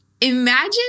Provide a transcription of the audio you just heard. Imagine